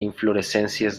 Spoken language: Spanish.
inflorescencias